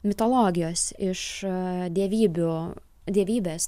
mitologijos iš dievybių dievybės